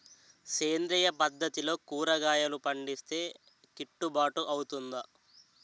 సేంద్రీయ పద్దతిలో కూరగాయలు పండిస్తే కిట్టుబాటు అవుతుందా?